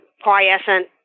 quiescent